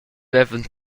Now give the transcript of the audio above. vevan